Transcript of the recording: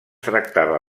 tractava